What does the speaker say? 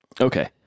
Okay